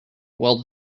while